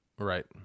Right